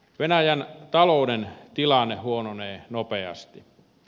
venäjän talouden tilanne huononee nopeasti